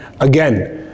again